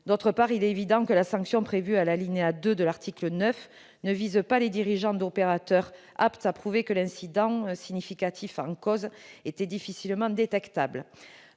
cyberattaques. Il est évident que la sanction prévue à l'alinéa 2 de l'article 9 ne vise pas les dirigeants d'opérateurs aptes à prouver que l'incident significatif en cause était difficilement détectable.